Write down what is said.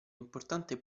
importante